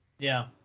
yeah.